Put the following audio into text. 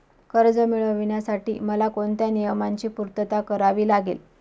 कर्ज मिळविण्यासाठी मला कोणत्या नियमांची पूर्तता करावी लागेल?